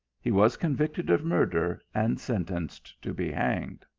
he was convicted of murder, and sentenced to be hanged.